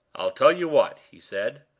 i'll tell you what he said,